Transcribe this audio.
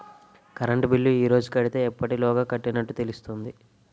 Current bill ఈ రోజు కడితే ఎప్పటిలోగా కట్టినట్టు తెలుస్తుంది?